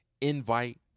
invite